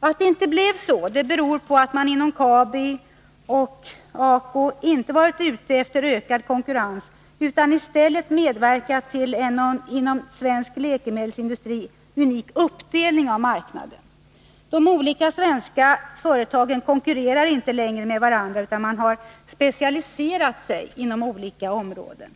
Att det inte blev så beror på att man inom KABI och ACO inte varit ute efter ökad konkurrens utan i stället medverkat till en inom svensk läkemedelsindustri unik uppdelning av marknaden. De olika svenska företagen konkurrerar inte längre med varandra utan har i stället specialiserat sig inom olika områden.